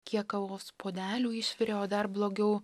kiek kavos puodelių išvirė o dar blogiau